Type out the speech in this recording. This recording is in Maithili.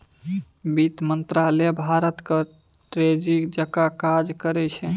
बित्त मंत्रालय भारतक ट्रेजरी जकाँ काज करै छै